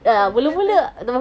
betul betul